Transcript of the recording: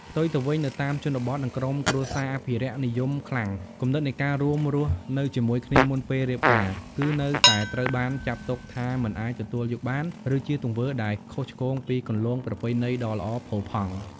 ផ្ទុយទៅវិញ នៅតាមជនបទ និងក្រុមគ្រួសារអភិរក្សនិយមខ្លាំង គំនិតនៃការរួមរស់នៅជាមួយគ្នាមុនពេលរៀបការ គឺនៅតែត្រូវបានចាត់ទុកថា មិនអាចទទួលយកបាន ឬជាទង្វើដែលខុសឆ្គងពីគន្លងប្រពៃណីដ៏ល្អផូរផង់។